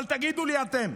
אבל תגידו לי אתם,